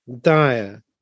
dire